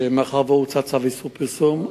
שמאחר שהוצא צו איסור פרסום,